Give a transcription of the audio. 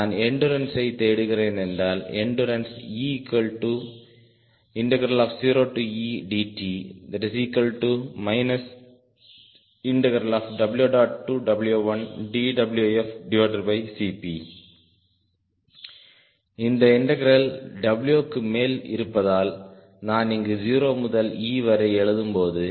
நான் எண்டுரன்ஸை தேடுகிறேன் என்றால் எண்டுரன்ஸ் E0Edt W0W1dWfCP இந்த இன்டெக்ரால் W க்கு மேல் இருப்பதால் நான் இங்கு 0 முதல் E வரை எழுதும்போது